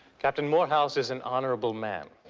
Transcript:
captain morehouse is an honorable man.